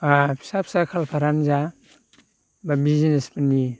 आरो फिसा फिसा खालभार्टआनो जा एबा बिजिनेसफोरनि